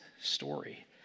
story